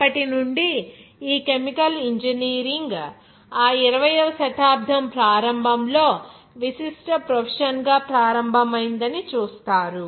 అప్పటి నుండి ఈ కెమికల్ ఇంజనీరింగ్ ఆ 20 వ శతాబ్దం ప్రారంభంలో విశిష్ట ప్రొఫెషన్ గా ప్రారంభమైందని చూస్తారు